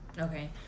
okay